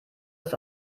als